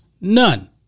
None